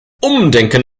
umdenken